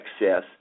excess